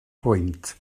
pwynt